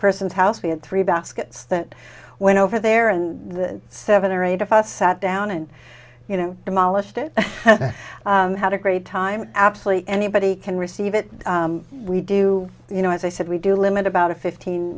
person's house we had three baskets that went over there and the seven or eight of us sat down and you know demolished it had a great time absolutely anybody can receive it we do you know as i said we do limit about a fifteen